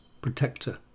protector